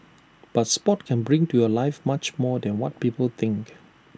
but Sport can bring to your life much more than what people think